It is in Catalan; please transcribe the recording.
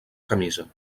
camisa